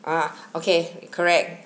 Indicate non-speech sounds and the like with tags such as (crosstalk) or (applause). ah (breath) okay (breath) correct